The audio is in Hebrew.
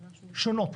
שונות.